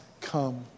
come